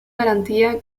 garantía